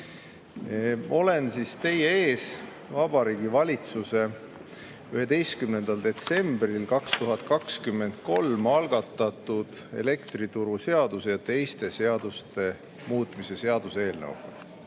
Olen teie ees Vabariigi Valitsuse 11. detsembril 2023 algatatud elektrituruseaduse ja teiste seaduste muutmise seaduse eelnõuga.